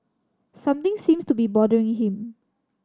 something seems to be bothering him